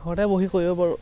ঘৰতে বহি কৰিব পাৰোঁ